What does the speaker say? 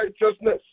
righteousness